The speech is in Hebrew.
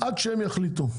עד שיחליטו.